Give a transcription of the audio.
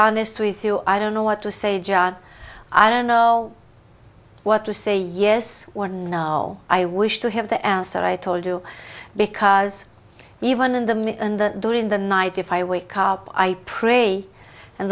honest with you i don't know what to say john i don't know what to say yes or no i wish to have the answer i told you because even in the me and the during the night if i wake up i pray and